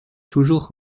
toujours